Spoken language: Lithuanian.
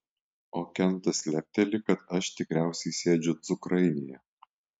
o kentas lepteli kad aš tikriausiai sėdžiu cukrainėje